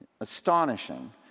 Astonishing